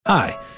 Hi